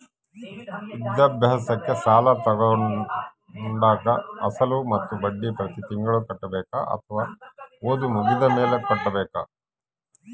ವಿದ್ಯಾಭ್ಯಾಸಕ್ಕೆ ಸಾಲ ತೋಗೊಂಡಾಗ ಅಸಲು ಮತ್ತೆ ಬಡ್ಡಿ ಪ್ರತಿ ತಿಂಗಳು ಕಟ್ಟಬೇಕಾ ಅಥವಾ ಓದು ಮುಗಿದ ಮೇಲೆ ಕಟ್ಟಬೇಕಾ?